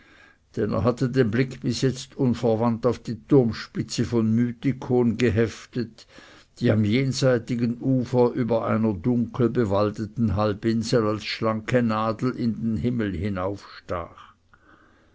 er hatte den blick bis jetzt unverwandt auf die turmspitze von mythikon geheftet die am jenseitigen ufer über einer dunkelbewaldeten halbinsel als schlanke nadel in den himmel